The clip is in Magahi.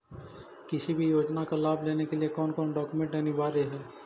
किसी भी योजना का लाभ लेने के लिए कोन कोन डॉक्यूमेंट अनिवार्य है?